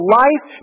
life